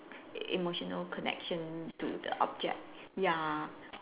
emotional connection to the object ya